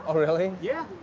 um really? yeah!